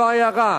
בכל עיירה,